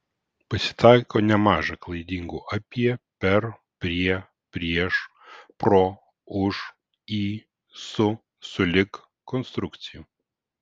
pasitaiko nemaža klaidingų apie per prie prieš pro už į su sulig konstrukcijų